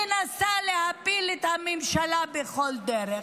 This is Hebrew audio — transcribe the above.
מנסה להפיל את הממשלה בכל דרך,